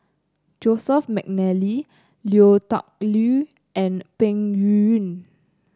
Joseph McNally Lui Tuck Yew and Peng Yuyun